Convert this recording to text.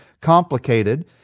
complicated